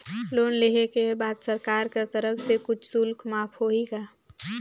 Loan लेहे के बाद सरकार कर तरफ से कुछ शुल्क माफ होही का?